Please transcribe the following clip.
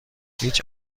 هیچ